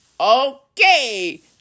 Okay